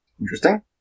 Interesting